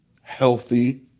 healthy